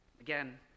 Again